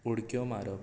उडक्यो मारप